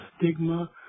stigma